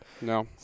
No